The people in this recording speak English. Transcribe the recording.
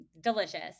Delicious